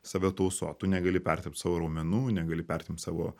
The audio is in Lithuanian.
save tausot tu negali pertempt savo raumenų negali pertempt savo